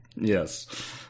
Yes